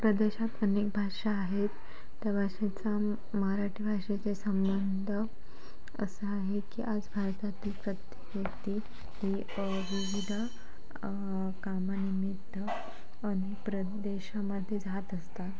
प्रदेशात अनेक भाषा आहेत त्या भाषेचा मराठी भाषेशी संबंध असा आहे की आज भारतातील प्रत्येक व्यक्ती ही विविध कामानिमित्त अनेक प्रदेशामध्ये जात असतात